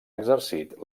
exercit